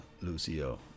Lucio